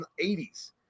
80s